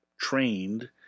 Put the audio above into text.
trained